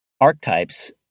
archetypes